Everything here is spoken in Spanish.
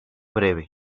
breve